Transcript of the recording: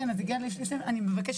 אני חייב